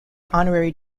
honorary